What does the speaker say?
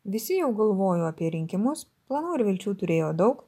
visi jau galvojo apie rinkimus planų ir vilčių turėjo daug